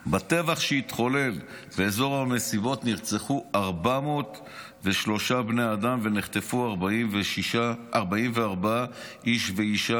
בטבח שהתחולל באזור המסיבות נרצחו 403 בני אדם ונחטפו 44 איש ואישה.